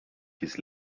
his